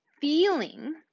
feeling